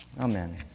Amen